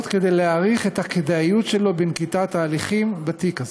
כדי להעריך את הכדאיות שלו בנקיטת ההליכים בתיק הזה.